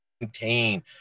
maintain